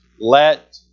let